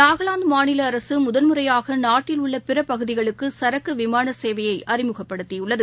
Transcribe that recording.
நாகாலாந்து மாநில அரசு முதல் முறையாக நாட்டில் உள்ள பிற பகுதிகளுக்கு சரக்கு விமான சேவையை அறிமுகப்படுத்தியுள்ளது